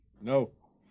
No